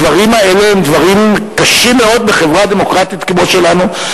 הדברים האלה הם דברים קשים מאוד בחברה דמוקרטית כמו שלנו,